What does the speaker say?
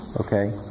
Okay